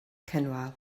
cynwal